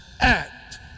act